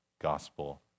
gospel